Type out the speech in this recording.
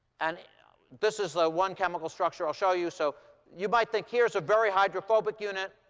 and this is the one chemical structure i'll show you. so you might think, here's a very hydrophobic unit,